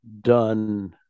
done